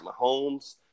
Mahomes